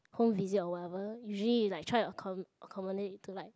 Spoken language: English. home visit or whatever usually like try to accom~ accommodate you to like